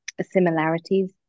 similarities